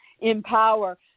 empower